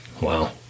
Wow